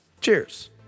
Cheers